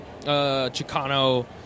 Chicano